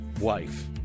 wife